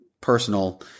Personal